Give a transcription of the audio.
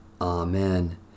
Amen